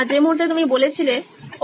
যে মুহূর্তে তুমি বলেছিলে ওহ